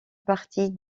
partie